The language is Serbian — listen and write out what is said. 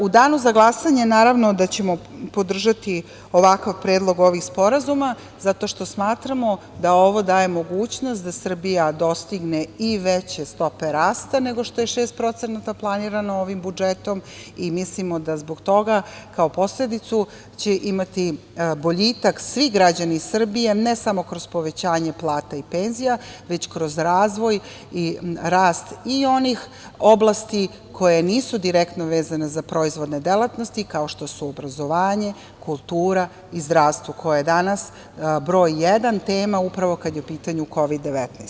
U danu za glasanje naravno da ćemo podržati ovakav predlog ovih sporazuma, zato što smatramo da ovo daje mogućnost da Srbija dostigne i veće stope rasta, nego što je 6% planirano ovim budžetom i mislimo da zbog toga kao posledicu će imati boljitak svi građani Srbije, ne samo kroz povećanje plata i penzija, već kroz razvoj i rast i onih oblasti koje nisu direktno vezane za proizvodne delatnosti, kao što su obrazovanje, kultura i zdravstvo koje je danas broj jedan tema, upravo kada je u pitanju Kovid 19.